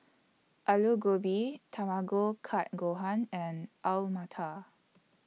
Alu Gobi Tamago Kake Gohan and Alu Matar